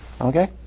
Okay